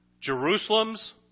Jerusalems